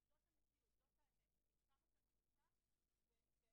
לנושא אבטחת המחלקות.